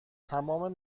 تمام